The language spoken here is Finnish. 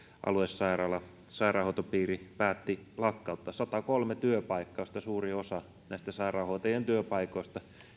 sairaanhoitopiiri päätti aluesairaalan lakkauttaa satakolme työpaikkaa joista suurin osa näistä sairaanhoitajien työpaikoista